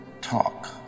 talk